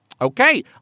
Okay